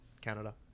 canada